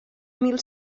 mil